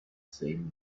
same